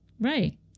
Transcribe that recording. Right